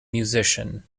musician